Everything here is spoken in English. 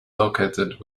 located